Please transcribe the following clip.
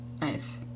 Nice